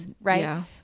right